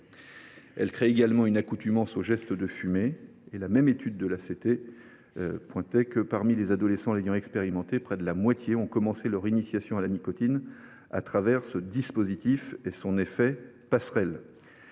puff crée également une accoutumance aux gestes de fumer. La même étude de l’Alliance contre le tabac (ACT) pointait que, parmi les adolescents l’ayant expérimenté, près de la moitié ont commencé leur initiation à la nicotine à travers ce dispositif et son effet passerelle.